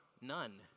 none